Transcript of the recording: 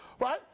right